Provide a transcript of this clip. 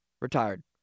retired